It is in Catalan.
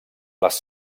les